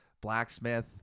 blacksmith